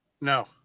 no